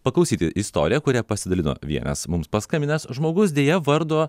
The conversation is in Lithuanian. paklausyti istoriją kuria pasidalino vienas mums paskambinęs žmogus deja vardo